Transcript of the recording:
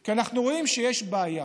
כי אנחנו רואים שיש בעיה.